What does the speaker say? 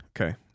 Okay